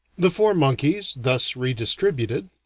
the four monkeys, thus re-distributed,